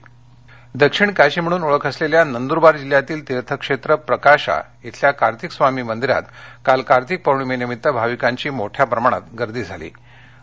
पौर्णिमा नंदरबार दक्षिण काशी म्हणून ओळख असलेल्या नंदूरबार जिल्ह्यातील तीर्थक्षेत्र प्रकाशा इथल्या कार्तीक स्वामी मंदीरात काल कार्तिक पौर्णिमेनिमित्त भाविकांची मोठ्या प्रमाणात गर्दी झाली होती